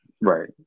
Right